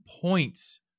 points